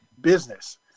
business